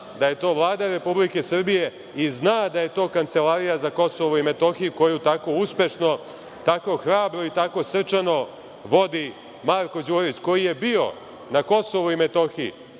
da je to Vlada Republike Srbije i zna da je to Kancelarija za KiM koju tako uspešno, tako hrabro, tako srčano vodi Marko Đurić koji je bio na KiM hiljadu